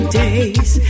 days